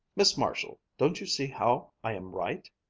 miss marshall, don't you see how i am right?